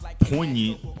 poignant